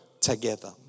together